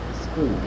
school